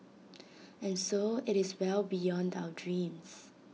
and so IT is well beyond our dreams